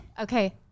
Okay